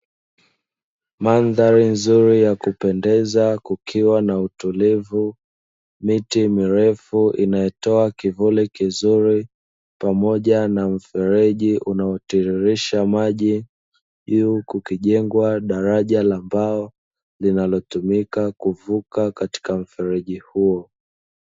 Mandhari nzuri ya kupendeza kukiwa na utulivu, miti mirefu inayotoa kivuli kizuri pamoja na mfereji unaotiririsha maji, juu kukijengwa daraja la mbao, linalotumika kuvuka katika mfereji huo.